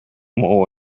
more